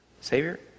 Savior